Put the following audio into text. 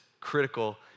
critical